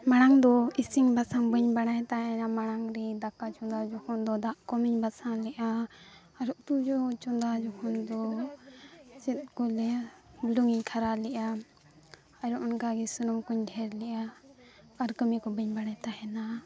ᱢᱟᱲᱟᱝ ᱫᱚ ᱤᱥᱤᱱ ᱵᱟᱥᱟᱝ ᱵᱟᱹᱧ ᱵᱟᱲᱟᱭ ᱛᱟᱦᱮᱱ ᱢᱟᱲᱟᱝᱨᱮ ᱫᱟᱠᱟ ᱪᱚᱸᱫᱟ ᱡᱚᱠᱷᱚᱱ ᱫᱚ ᱫᱟᱜ ᱠᱚᱢᱤᱧ ᱵᱟᱥᱟᱝ ᱞᱮᱫᱼᱟ ᱟᱨ ᱩᱛᱩ ᱡᱚᱠᱷᱚᱱ ᱪᱚᱸᱫᱟ ᱡᱚᱠᱷᱚᱱ ᱫᱚ ᱪᱮᱫᱠᱚ ᱞᱟᱹᱭᱟ ᱵᱩᱞᱩᱝᱤᱧ ᱠᱷᱟᱨᱟ ᱞᱮᱫᱼᱟ ᱟᱨ ᱚᱱᱠᱟᱜᱮ ᱥᱩᱱᱩᱢ ᱠᱚᱧ ᱰᱷᱮᱨ ᱞᱮᱫᱼᱟ ᱟᱨ ᱠᱟᱹᱢᱤᱠᱚ ᱵᱟᱹᱧ ᱵᱟᱲᱟᱭ ᱛᱟᱦᱮᱱᱟ